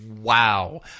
wow